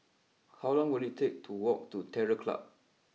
how long will it take to walk to Terror Club